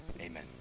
amen